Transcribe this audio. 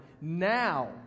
Now